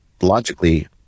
logically